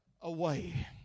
away